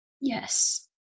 Yes